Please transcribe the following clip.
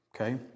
Okay